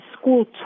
school